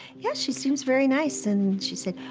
yeah, she seems very nice. and she said,